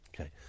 Okay